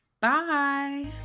Bye